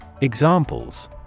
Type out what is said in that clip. Examples